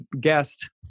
guest